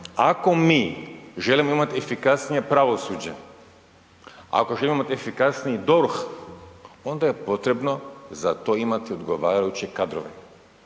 ako mi želimo imati efikasnije pravosuđe, ako želimo imati efikasniji DORH onda je potrebno za to imati odgovarajuće kadrove.